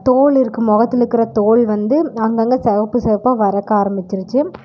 தோல் இருக்கு முகத்துலக்குற தோல் வந்து அங்கங்கே சிவப்பு சிவப்பா வரக்கு ஆரம்மிச்சிருச்சி